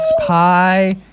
pie